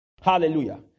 Hallelujah